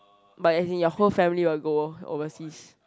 but is in your whole family will go overseas